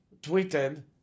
tweeted